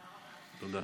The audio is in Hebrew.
תודה.